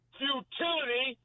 futility